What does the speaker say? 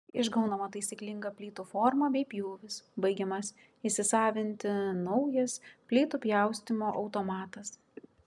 išgaunama taisyklinga plytų forma bei pjūvis baigiamas įsisavinti naujas plytų pjaustymo automatas